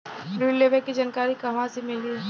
ऋण लेवे के जानकारी कहवा से मिली?